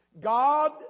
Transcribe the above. God